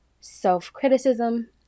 self-criticism